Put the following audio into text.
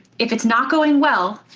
if it's not going well,